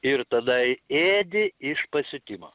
ir tada ėdi iš pasiutimo